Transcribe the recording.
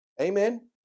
Amen